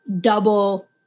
double